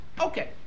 Okay